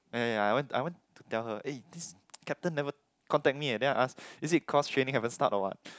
ya ya ya I went I went to tell her eh this captain never contact me eh then I ask is it cause training haven't start or what